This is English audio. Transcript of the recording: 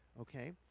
okay